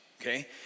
okay